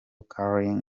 gallican